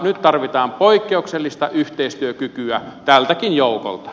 nyt tarvitaan poikkeuksellista yhteistyökykyä tältäkin joukolta